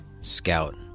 Scout